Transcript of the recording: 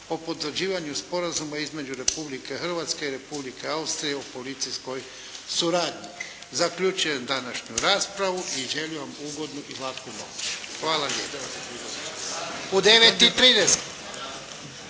o potvrđivanju Sporazuma između Republike Hrvatske i Republike Austrije o policijskoj suradnji. Zaključujem današnju raspravu i želim vam ugodnu i laku noć. Hvala lijepo.